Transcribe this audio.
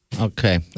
Okay